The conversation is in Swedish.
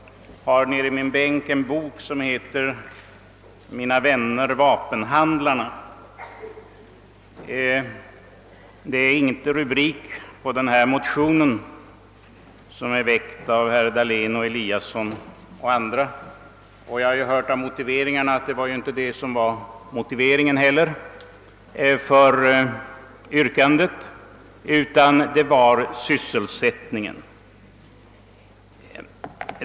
På min bänk ligger en bok som heter Mina vänner vapenhandlarna. Detta är dock inte rubriken för de aktuella motionerna, som väckts av bland andra herrar Dahlén och Eliasson i Sundborn, och jag har av de framförda motiveringarna för dem förstått att bevekelsegrunderna till dem inte är att finna på detta håll utan att de tillkommit av sysselsättningsskäl.